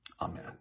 Amen